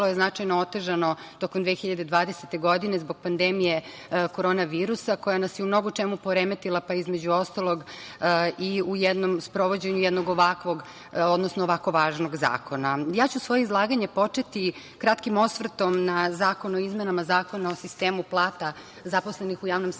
je značajno otežano tokom 2020. godine zbog pandemije korona virusa, koja nas je u mnogo čemu poremetila, pa između ostalog i u sprovođenju jednog ovako važnog zakona. Svoje izlaganje ću početi kratkim osvrtom na Zakon o izmenama Zakona i sistemu plata zaposlenih u javnom sektoru